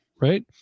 right